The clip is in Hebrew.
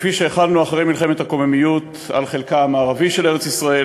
כפי שהחלנו אחרי מלחמת הקוממיות על חלקה המערבי של ארץ-ישראל,